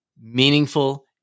meaningful